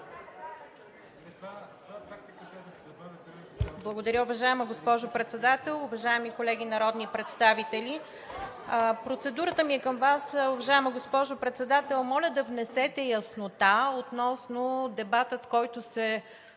Благодаря. Уважаема госпожо Председател, уважаеми колеги народни представители! Процедурата ми е към Вас, уважаема госпожо Председател. Моля да внесете яснота относно дебата, който се